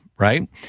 Right